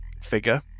figure